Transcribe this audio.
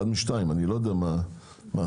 אני לא יודע מה מן השניים.